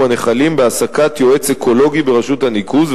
הנחלים בהעסקת יועץ אקולוגי ברשות הניקוז,